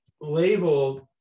labeled